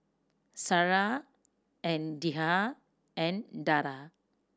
Sarah and Dhia and Dara